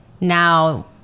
now